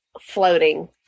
floating